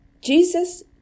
Jesus